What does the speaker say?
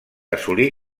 assolir